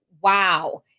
wow